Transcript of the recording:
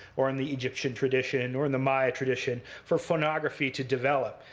or in the egyptian tradition, or in the maya tradition, for phonography to develop.